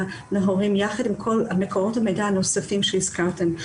להורים יחד עם כל מקורות המידע הנוספים שהזכרתם.